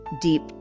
deep